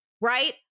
right